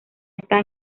está